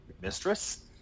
mistress